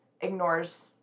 ignores